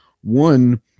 One